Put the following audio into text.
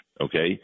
okay